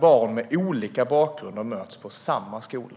Barn med olika bakgrund ska mötas på samma skola.